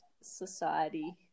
society